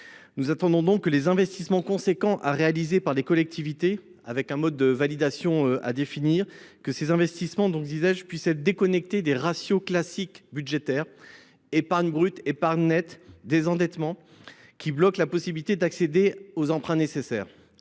Nous attendons donc que les investissements importants que doivent réaliser les collectivités, avec un mode de validation à définir, puissent être déconnectés des ratios classiques budgétaires – épargne brute, épargne nette, désendettement –, qui bloquent la possibilité d’accéder aux emprunts nécessaires.